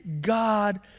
God